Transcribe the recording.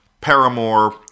Paramore